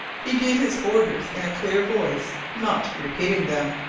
he gave his orders in a clear voice, not repeating them,